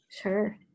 Sure